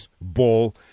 ball